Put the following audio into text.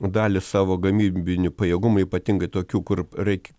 dalį savo gamybinių pajėgumų ypatingai tokių kur reikia